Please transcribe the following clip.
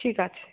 ঠিক আছে